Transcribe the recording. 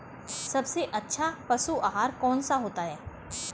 सबसे अच्छा पशु आहार कौन सा होता है?